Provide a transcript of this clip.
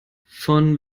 von